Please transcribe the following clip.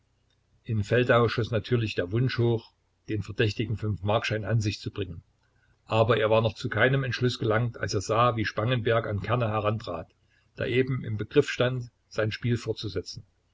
in feldau schoß natürlich der wunsch hoch den verdächtigen fünfmarkschein an sich zu bringen aber er war noch zu keinem entschluß gelangt als er sah wie spangenberg an kerner herantrat der eben im begriff stand sein spiel fortzusetzen